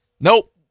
Nope